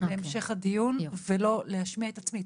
להמשך הדיון ולא להשמיע את עצמי.